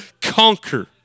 conquer